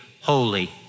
holy